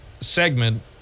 segment